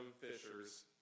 fishers